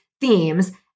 themes